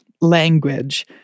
language